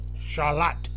Charlotte